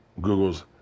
googles